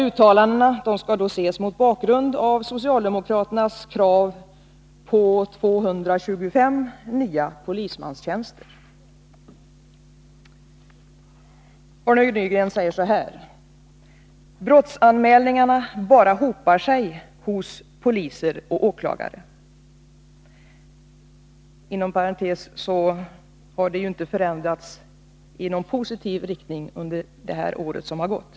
Uttalandena skall ses mot bakgrund av socialdemokraternas krav på 225 nya polismanstjänster. Arne Nygren sade så här: ”Brottsanmälningarna bara hopar sig hos poliser och åklagare.” Inom parentes kan jag nämna att förhållandena ju inte har förändrats i positiv riktning under det år som har gått.